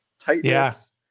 tightness